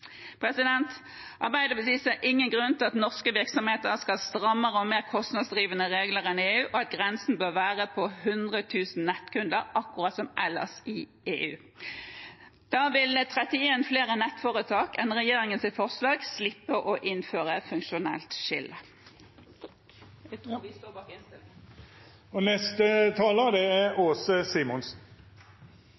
Arbeiderpartiet ser ingen grunn til at norske virksomheter skal ha strammere og mer kostnadsdrivende regler enn EU, og mener at grensen bør være på 100 000 nettkunder, akkurat som ellers i EU. Da vil 31 flere nettforetak enn i regjeringens forslag slippe å innføre et funksjonelt skille. Proposisjonen som er til behandling i dag, har sitt opphav i det